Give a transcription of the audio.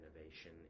innovation